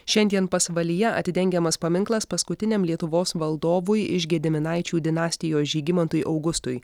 šiandien pasvalyje atidengiamas paminklas paskutiniam lietuvos valdovui iš gediminaičių dinastijos žygimantui augustui